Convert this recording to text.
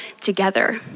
together